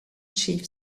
chief